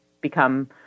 become